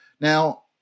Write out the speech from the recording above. Now